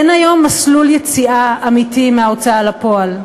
אין היום מסלול יציאה אמיתי מההוצאה לפועל.